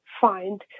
find